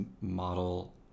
model